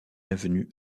avenue